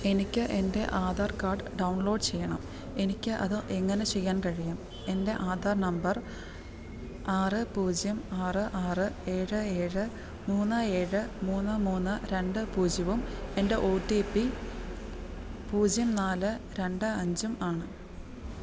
എനിക്കെന്റെ Aadhaar card download ചെയ്യണം എനിക്ക് അതെങ്ങനെ ചെയ്യാൻ കഴിയും എന്റെ ആധാർ നമ്പർ ആറ് പൂജ്യം ആറ് ആറ് ഏഴ് ഏഴ് മൂന്ന് ഏഴ് മൂന്ന് മൂന്ന് രണ്ട് പൂജ്യവും എന്റെ ഒ റ്റി പി പൂജ്യം നാല് രണ്ട് അഞ്ചുമാണ്